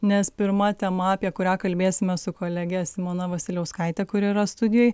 nes pirma tema apie kurią kalbėsime su kolege simona vasiliauskaite kuri yra studijoj